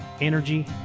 energy